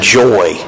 joy